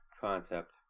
concept